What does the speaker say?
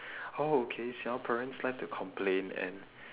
oh okay singaporeans like to complain and